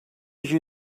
you